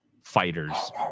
fighters